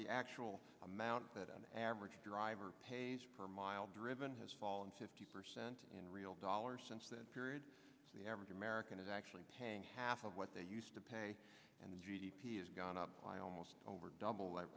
the actual amount that an average driver pays per mile driven has fallen fifty percent in real dollars since that period the average american is actually paying half of what they used to pay and g d p has gone up by almost over double li